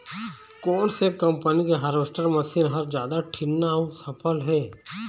कोन से कम्पनी के हारवेस्टर मशीन हर जादा ठीन्ना अऊ सफल हे?